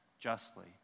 justly